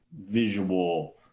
visual